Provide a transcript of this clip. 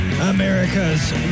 America's